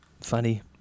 funny